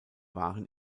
waren